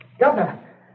Governor